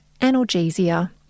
analgesia